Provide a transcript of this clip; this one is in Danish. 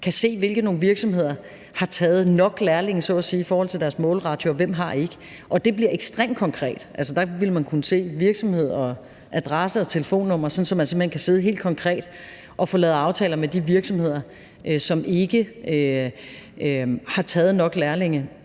kan se, hvilke virksomheder der har taget nok lærlinge så at sige i forhold til deres målratio, og hvem der ikke har. Og det bliver ekstremt konkret. Altså, der ville man kunne se virksomheder, adresser og telefonnumre, sådan at man simpelt hen kan sidde helt konkret og få lavet aftaler med de virksomheder, som ikke har taget nok lærlinge.